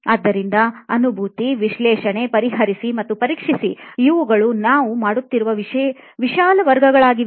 ಆದ್ದರಿಂದ ಅನುಭೂತಿ ವಿಶ್ಲೇಷಣೆ ಪರಿಹರಿಸಿ ಮತ್ತು ಪರೀಕ್ಷಿಸಿ ಇವುಗಳು ನಾವು ಮಾಡುತ್ತಿರುವ ವಿಶಾಲ ವರ್ಗಗಳಾಗಿವೆ